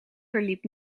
verliep